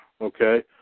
Okay